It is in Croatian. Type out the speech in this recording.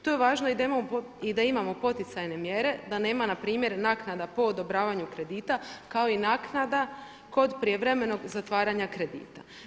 Tu je važno i da imamo poticajne mjere, da nema npr. naknada po odobravanju kredita kao i naknada kod prijevremenog zatvaranja kredita.